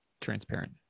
transparent